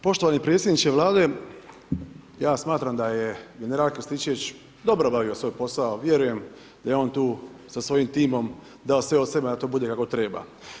Poštovani predsjedniče Vlade, ja smatram da je general Krstičević dobro obavio svoj posao, vjerujem da je on tu sa svojim timom dao sve od sebe da to bude kako treba.